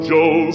Joe